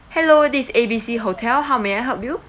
hello this A B C hotel how may I help you